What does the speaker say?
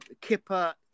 Kipper